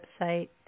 website